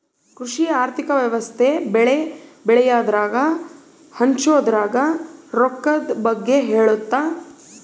ಕೃಷಿ ಆರ್ಥಿಕ ವ್ಯವಸ್ತೆ ಬೆಳೆ ಬೆಳೆಯದ್ರಾಗ ಹಚ್ಛೊದ್ರಾಗ ರೊಕ್ಕದ್ ಬಗ್ಗೆ ಹೇಳುತ್ತ